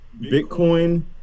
Bitcoin